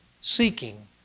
seeking